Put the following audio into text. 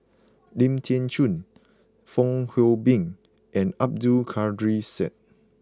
Lim Thean Soo Fong Hoe Beng and Abdul Kadir Syed